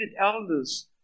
elders